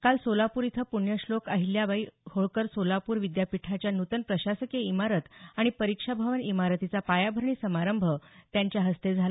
काल सोलापूर इथं प्ण्यश्लोक अहिल्यादेवी होळकर सोलापूर विद्यापीठाच्या नूतन प्रशासकीय इमारत आणि परीक्षा भवन इमारतीचा पायाभरणी समारंभ त्यांच्या हस्ते झाला